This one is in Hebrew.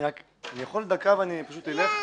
אני יכול לומר משהו בדקה ואז אלך מכאן?